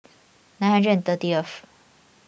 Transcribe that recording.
nine hundred and thirtieth